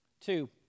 Two